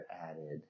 added